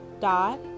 dot